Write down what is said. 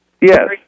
Yes